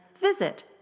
visit